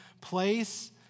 place